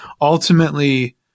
ultimately